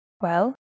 Well